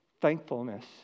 thankfulness